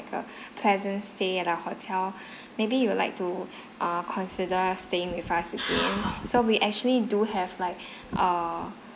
pleasant stay at our hotel maybe you would like to err consider staying with us again so we actually do have like err